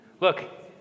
Look